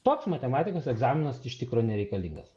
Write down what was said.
toks matematikos egzaminas iš tikro nereikalingas